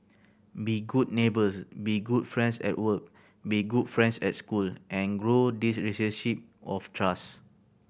be good neighbours be good friends at work be good friends at school and grow this of trust